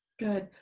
good,